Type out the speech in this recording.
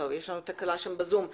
יש לנו תקלה בזום.